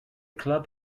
club